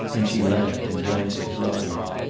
then she laughed and glanced at rodney.